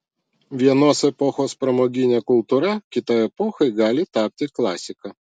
vienos epochos pramoginė kultūra kitai epochai gali tapti klasika